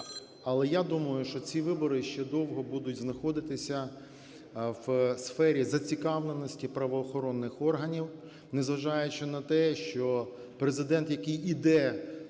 Але я думаю, що ці вибори ще довго будуть знаходитися в сфері зацікавленості правоохоронних органів, незважаючи на те, що Президент, який іде,